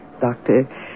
Doctor